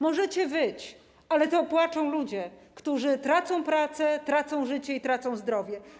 Możecie wyć, ale to płaczą ludzie, którzy tracą pracę, tracą życie i tracą zdrowie.